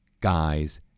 guys